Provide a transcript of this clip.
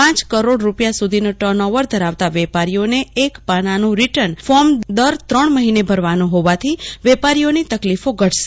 પાંચ કરોડ રૂપિયા સુધીનું ટર્ન ઓવર ધરાવતાં વેપારીઓને એક પાનાનું રીટર્ન ફોર્મ દર ત્રણ મહિને ભરવાનું હોવાથી વેપારીઓની તકલીફો ઘટશે